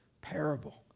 parable